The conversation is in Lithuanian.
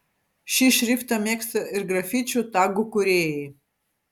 šį šriftą mėgsta ir grafičių tagų kūrėjai